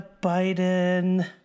Biden